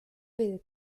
bill